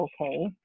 okay